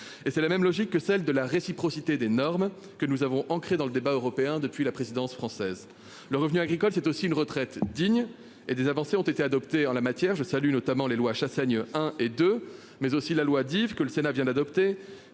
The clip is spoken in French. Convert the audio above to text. c'est la même logique que celle de la réciprocité des normes que nous avons ancrée dans le débat européen depuis la présidence française. Le revenu agricole c'est aussi une retraite digne et des avancées ont été adoptées en la matière je salue notamment les lois Chassaigne hein et deux mais aussi la loi dit que le Sénat vient d'adopter,